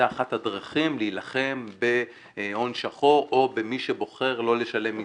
זה אחת הדרכים להילחם בהון שחור או במי שבוחר לא לשלם מיסים.